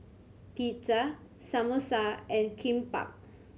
Pizza Samosa and Kimbap